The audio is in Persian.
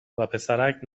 وپسرک